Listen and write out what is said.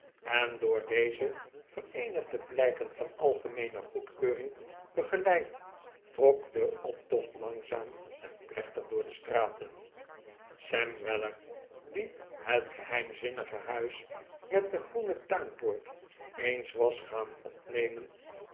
en door deze vereenigde blijken van algemeene goedkeuxing begeleid trok de optocht langzaam en plechtig door de straten sam weller die het geheimzinnige huis met de groene tuinpoort eens was gaan opnemen